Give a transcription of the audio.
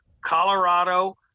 Colorado